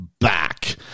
Back